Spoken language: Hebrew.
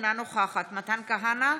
אינה נוכחת מתן כהנא,